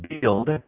build